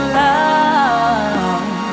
love